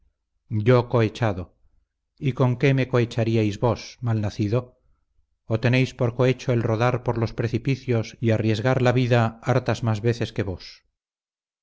yo cohechado y con qué me cohecharíais vos mal nacido o tenéis por cohecho el rodar por los precipicios y arriesgar la vida hartas más veces que vos